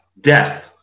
death